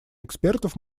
экспертов